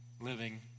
living